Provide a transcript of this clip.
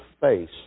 face